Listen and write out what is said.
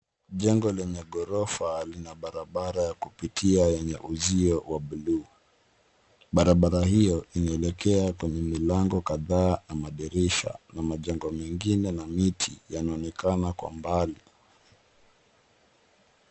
Jengo lenye ghorofa lina barabara ya kupitia yenye uzio wa buluu. Barabara hio inaelekea kwenye milango kadhaa na madirisha na majengo mengine na miti yanaonekana kwa mbali.